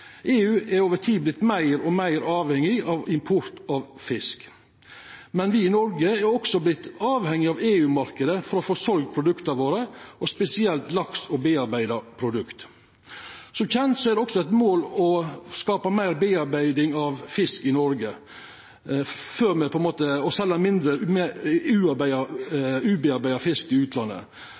EU har over tid vorte meir og meir avhengig av import av fisk, men me i Noreg har også vorte avhengige av EU-marknaden for å få selt produkta våre, spesielt laks og tillaga produkt. Som kjent er det også eit mål å ha meir tillaging av fisk i Noreg og selja mindre av fisk som ikkje er tillaga, til utlandet. Det handlar såleis om å skapa meir verdiar her i